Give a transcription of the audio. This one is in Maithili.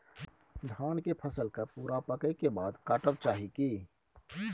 धान के फसल के पूरा पकै के बाद काटब चाही की?